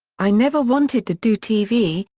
i never wanted to do tv,